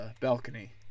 balcony